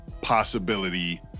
possibility